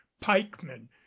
pikemen